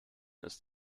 ist